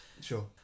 sure